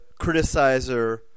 criticizer